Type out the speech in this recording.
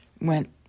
went